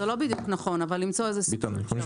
זה לא מדויק, אבל צריך למצוא סידור מסוים.